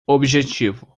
objetivo